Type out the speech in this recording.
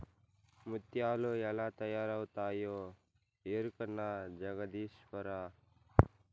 ముత్యాలు ఎలా తయారవుతాయో ఎరకనా జగదీశ్వరా